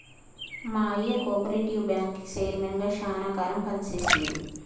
మా అయ్య కోపరేటివ్ బ్యాంకుకి చైర్మన్ గా శానా కాలం పని చేశిండు